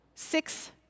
six